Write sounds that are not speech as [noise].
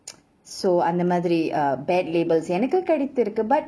[noise] so அந்த மாதிரி:antha maathiri uh bad labels எனக்கு கிடைத்திருக்கு:enakku kidaithirukku